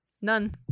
None